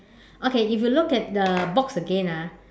okay if you look at the box again ah